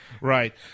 Right